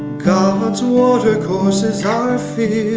god's watercourses are filled